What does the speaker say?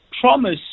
promise